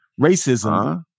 racism